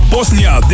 Bosnia